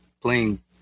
playing